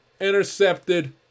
intercepted